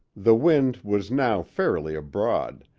the wind was now fairly abroad,